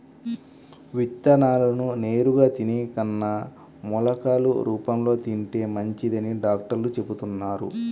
విత్తనాలను నేరుగా తినే కన్నా మొలకలు రూపంలో తింటే మంచిదని డాక్టర్లు చెబుతున్నారు